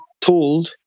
told